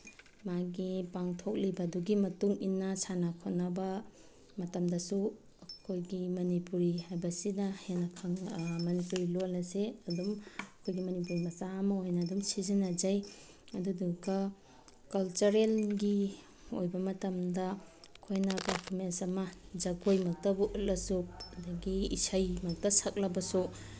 ꯃꯥꯒꯤ ꯄꯥꯡꯊꯣꯛꯂꯤꯕꯗꯨꯒꯤ ꯃꯇꯨꯡꯏꯟꯅ ꯁꯥꯟꯅ ꯈꯣꯠꯅꯕ ꯃꯇꯝꯗꯁꯨ ꯑꯩꯈꯣꯏꯒꯤ ꯃꯅꯤꯄꯨꯔꯤ ꯍꯥꯏꯕꯁꯤꯅ ꯍꯦꯟꯅ ꯃꯅꯤꯄꯨꯔꯤ ꯂꯣꯟ ꯑꯁꯦ ꯑꯗꯨꯝ ꯑꯩꯈꯣꯏꯒꯤ ꯃꯅꯤꯄꯨꯔꯤ ꯃꯆꯥ ꯑꯃ ꯑꯣꯏꯅ ꯑꯗꯨꯝ ꯁꯤꯖꯤꯟꯅꯖꯩ ꯑꯗꯨꯗꯨꯒ ꯀꯜꯆꯔꯦꯜꯒꯤ ꯑꯣꯏꯕ ꯃꯇꯝꯗ ꯑꯩꯈꯣꯏꯅ ꯄꯔꯐꯣꯃꯦꯟꯁ ꯑꯃ ꯖꯒꯣꯏ ꯃꯛꯇꯕꯨ ꯎꯠꯂꯁꯨ ꯑꯗꯒꯤ ꯏꯁꯩꯃꯛꯇ ꯁꯛꯂꯕꯁꯨ